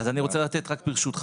אז אני רוצה לתת רק ברשותך,